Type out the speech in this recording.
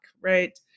right